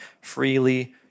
freely